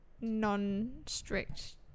non-strict